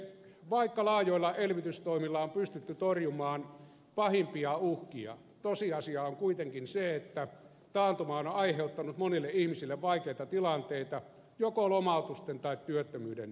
vaikka laajoilla elvytystoimilla on pystytty torjumaan pahimpia uhkia tosiasia on kuitenkin se että taantuma on aiheuttanut monille ihmisille vaikeita tilanteita joko lomautusten tai työttömyyden takia